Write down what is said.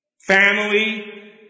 family